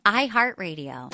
iHeartRadio